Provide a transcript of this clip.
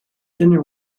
dinner